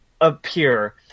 appear